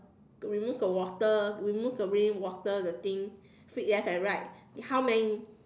remove the water remove the rainwater the thing sweep left and right how many